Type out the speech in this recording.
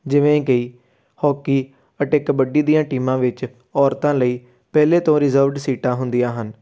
ਜਿਵੇਂ ਕਿ ਹੌਕੀ ਅਤੇ ਕਬੱਡੀ ਦੀਆਂ ਟੀਮਾਂ ਵਿੱਚ ਔਰਤਾਂ ਲਈ ਪਹਿਲੇ ਤੋਂ ਰਿਜ਼ਵਰਡ ਸੀਟਾਂ ਹੁੰਦੀਆਂ ਹਨ